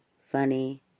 funny